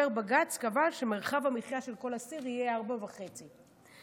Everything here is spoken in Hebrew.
בג"ץ קבע שמרחב המחיה של כל אסיר יהיה 4.5 מטרים.